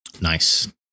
Nice